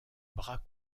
bras